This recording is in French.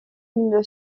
une